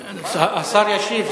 אונסק"ו.